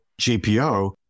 GPO